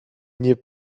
nie